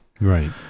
Right